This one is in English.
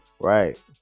Right